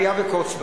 אליה וקוץ בה,